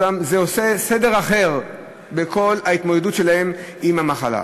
זה עושה סדר אחר בכל ההתמודדות שלהם עם המחלה.